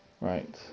Right